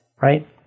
right